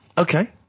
Okay